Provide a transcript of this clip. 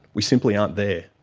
we simply aren't there.